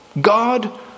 God